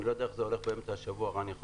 אני לא יודע איך זה הולך באמצע השבוע ורן יכול